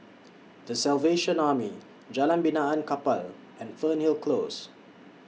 The Salvation Army Jalan Benaan Kapal and Fernhill Close